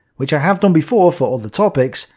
which i have done before for other topics,